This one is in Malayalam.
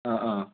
ആ ആ